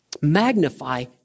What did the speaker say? Magnify